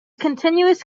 continuous